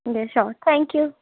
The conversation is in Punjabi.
thank you